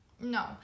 no